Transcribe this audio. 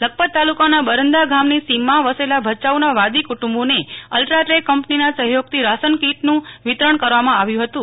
લખપત તાલુકાના બરનદા ગામની સીમમાં વસેલા ભચાઉના વાદી કુટુંબોન અલ્ટ્રાટેક કંપનીના સહયોગથી રાશનકીટનું વિતરણ કરવામાં આવ્યું હતું